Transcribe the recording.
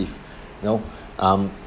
you know um